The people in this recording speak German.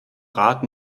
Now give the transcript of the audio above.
rat